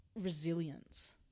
resilience